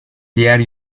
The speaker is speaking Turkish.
diğer